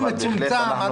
משהו מצומצם.